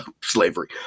slavery